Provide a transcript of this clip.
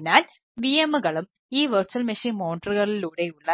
അതിനാൽ VMകളും ഈ വെർച്വൽ മെഷീൻ മോണിറ്ററുകളിലൂടെയുള്ള